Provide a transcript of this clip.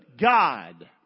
God